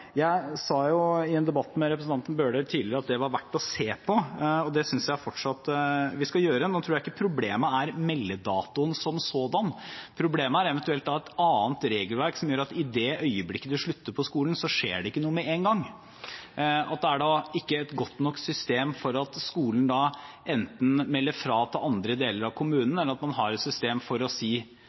Jeg sa i en debatt med representanten Bøhler tidligere at det var verdt å se på dette. Det synes jeg fortsatt at vi skal gjøre. Nå tror jeg ikke problemet er meldedatoen som sådan. Problemet er eventuelt et annet regelverk som gjør at i det øyeblikket du slutter på skolen, så skjer det ikke noe med en gang, og det er da ikke et godt nok system for at skolen enten melder fra til andre deler av kommunen eller at man har et system for raskt å